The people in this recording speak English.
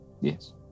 Yes